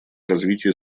развитие